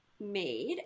made